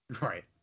Right